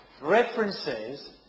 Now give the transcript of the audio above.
references